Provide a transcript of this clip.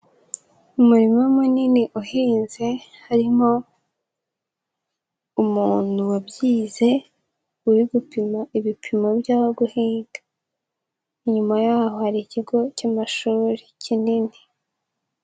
Umurima munini uhinze harimo umuntu wabyize, uri gupima ibipimo by'aho guhinga, inyuma yaho hari ikigo cy'amashuri kinini.